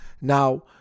Now